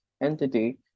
entity